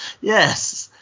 Yes